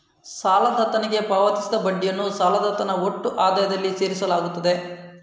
ಸಾಲದಾತನಿಗೆ ಪಾವತಿಸಿದ ಬಡ್ಡಿಯನ್ನು ಸಾಲದಾತನ ಒಟ್ಟು ಆದಾಯದಲ್ಲಿ ಸೇರಿಸಲಾಗುತ್ತದೆ